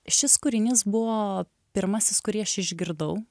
šis kūrinys buvo pirmasis kurį aš išgirdau